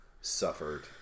suffered